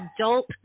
adult